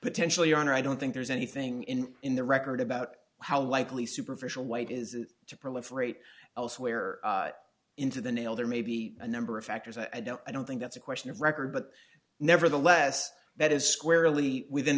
potentially on or i don't think there's anything in in the record about how likely superficial white is to proliferate elsewhere into the nail there may be a number of factors i don't i don't think that's a question of record but nevertheless that is squarely within